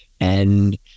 and-